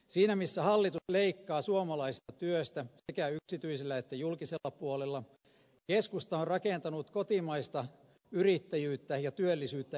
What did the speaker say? siinä missä hallitus leikkaa suomalaisesta työstä sekä yksityisellä että julkisella puolella keskusta on rakentanut kotimaista yrittäjyyttä ja työllisyyttä edistävän vaihtoehdon